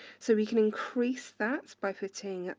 so we can increase that by putting